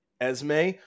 Esme